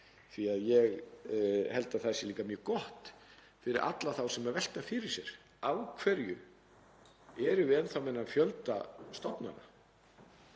því að ég held að það sé líka mjög gott fyrir alla þá sem eru að velta fyrir sér: Af hverju erum við enn þá með þennan fjölda stofnana,